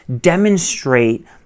demonstrate